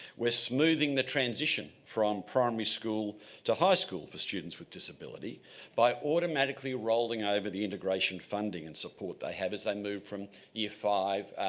smoothing the transition from primary school to high school for students with disability by automatically rolling over the integration funding and support they have is a move from year five,